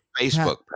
Facebook